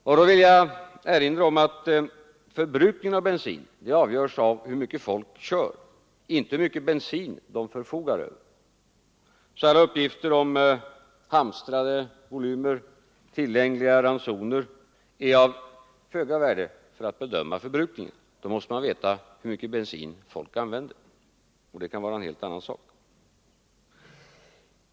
Jag vill erinra om att förbrukningen av bensin avgörs av hur mycket folk kör, inte av hur mycket bensin de förfogar över. Alla uppgifter om hamstrade volymer och tillgängliga ransoner är av föga värde för att bedöma förbrukningen. Då måste man veta hur mycket bensin folk använder, och det kan vara en helt annan sak.